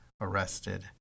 arrested